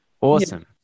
Awesome